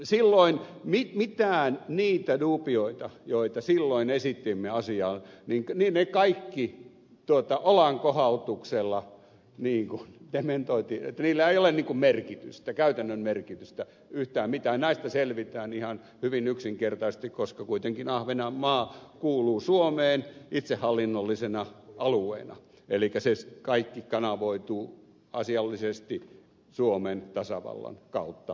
silloin kaikki ne dubiot joita silloin esitimme asiaan ne kaikki olan kohautuksella dementoitiin niin että niillä ei ole yhtään mitään käytännön merkitystä näistä selvitään ihan hyvin yksinkertaisesti koska kuitenkin ahvenanmaa kuuluu suomeen itsehallinnollisena alueena elikkä se kaikki kanavoituu asiallisesti suomen tasavallan kautta brysseliin